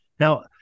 Now